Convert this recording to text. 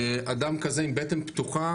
אדם כזה עם בטן פתוחה,